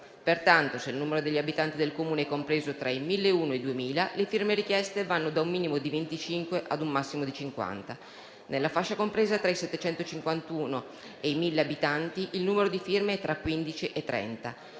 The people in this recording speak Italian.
Pertanto, se il numero di abitanti del Comune è compreso tra 1.001 e 2.000, le firme richieste vanno da un minimo di 25 a un massimo di 50; nella fascia compresa tra i 751 e i 1.000 abitanti, il numero di firme è tra 15 e 30;